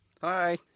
Hi